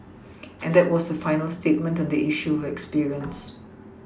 and that was their final statement on the issue of experience